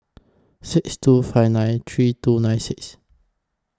six two five nine three two nine six